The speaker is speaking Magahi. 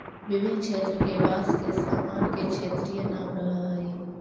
विभिन्न क्षेत्र के बाँस के सामान के क्षेत्रीय नाम रहऽ हइ